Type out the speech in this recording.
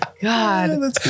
God